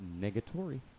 Negatory